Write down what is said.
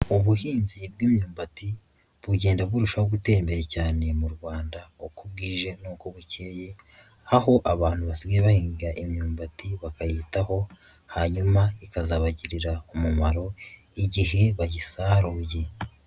Ubuhinzi bw'imyumbati bugenda burushaho gutera imbere cyane mu Rwanda uko bwije nuko bukeye, aho abantu basigaye bahinga imyumbati bakayitaho hanyuma ikazabagirira umumaro igihe bagisaruye.